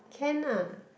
can lah